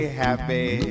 happy